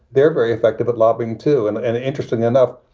they're very effective at lobbying, too. and and interesting enough,